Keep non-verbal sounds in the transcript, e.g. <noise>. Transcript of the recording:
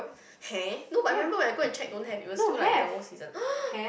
<noise> no I remembered when I go and check don't have it still like the old season <noise>